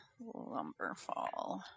Lumberfall